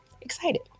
excited